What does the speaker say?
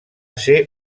ser